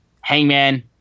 Hangman